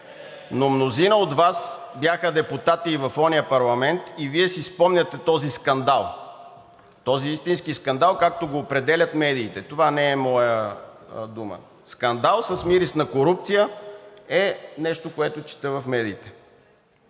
но мнозина от Вас бяха депутати и в онзи парламент и Вие си спомняте този скандал, този истински скандал, както го определят медиите. Това не е моя дума – скандал с мирис на корупция е нещо, което чета в медиите.